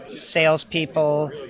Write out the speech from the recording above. salespeople